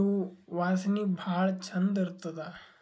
ಇವ್ ವಾಸನಿ ಭಾಳ್ ಛಂದ್ ಇರ್ತದ್